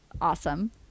Awesome